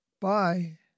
Bye